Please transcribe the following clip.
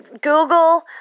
Google